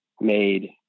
made